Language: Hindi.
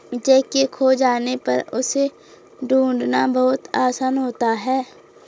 चैक के खो जाने पर उसे ढूंढ़ना बहुत आसान होता है